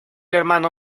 hermano